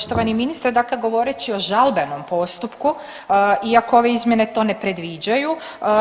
Poštovani ministre dakle govoreći o žalbenom postupku iako ove izmjene to ne predviđaju,